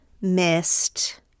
missed